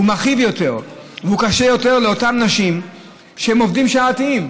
זה מכאיב יותר וזה קשה יותר לאותן נשים שהן עובדות שעתיות.